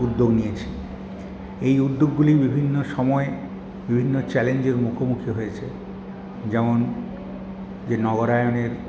উদ্যোগ নিয়েছি এই উদ্যোগগুলি বিভিন্ন সময়ে বিভিন্ন চ্যালেঞ্জের মুখোমুখি হয়েছে যেমন যে নগরায়নের